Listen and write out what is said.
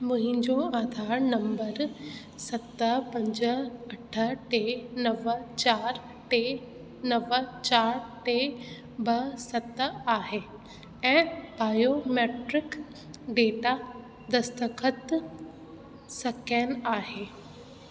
मुहिंजो आधार नंबर सत पंज अठ टे नव चारि टे नव चारि टे ॿ सत आहे ऐं बायोमैट्रिक डेटा दस्तख़तु सकेन आहे